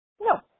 No